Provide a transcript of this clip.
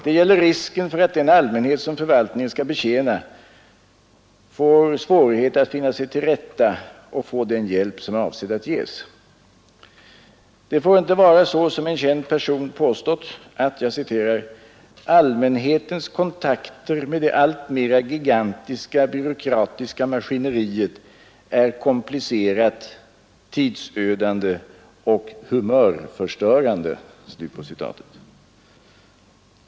Det gäller risken för att den allmänhet, som förvaltningen skall betjäna, får svårighet att finna sig till rätta och erhålla den hjälp som är avsedd att ges. Det får inte vara så som en känd person påstått, att ”allmänhetens kontakter med det alltmera gigantiska byråkratiska maskineriet är komplicerat, tidsödande och humörförstörande”.